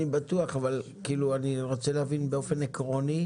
אני בטוח אבל אני רוצה להבין באופן עקרוני,